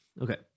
Okay